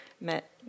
met